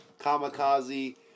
Kamikaze